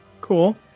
Cool